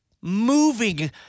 moving